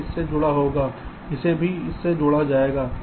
यह इससे जुड़ा होगा इसे भी इससे जोड़ा जाएगा